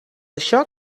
això